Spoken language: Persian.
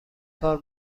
کار